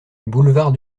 boulevard